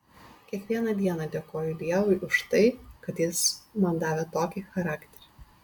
kiekvieną dieną dėkoju dievui už tai kad jis man davė tokį charakterį